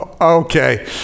okay